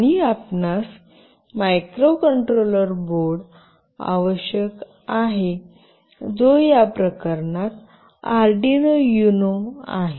आणि आपणास microcontroller board आवश्यक आहे जो या प्रकरणात अर्डिनो युनो आहे